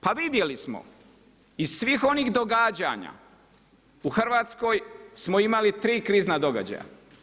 Pa vidjeli smo, iz svih onih događanja u Hrvatskoj smo imali tri krizna događaja.